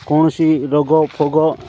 କୌଣସି ରୋଗ ଫୋଗ